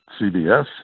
CBS